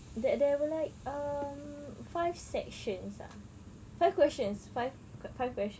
there there were like um five sections ah five questions five five questions